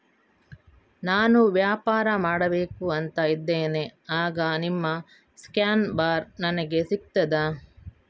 ನಾನು ವ್ಯಾಪಾರ ಮಾಡಬೇಕು ಅಂತ ಇದ್ದೇನೆ, ಆಗ ನಿಮ್ಮ ಸ್ಕ್ಯಾನ್ ಬಾರ್ ನನಗೆ ಸಿಗ್ತದಾ?